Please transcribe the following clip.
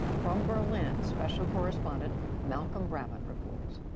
from berlin, special correspondent malcolm brabant reports.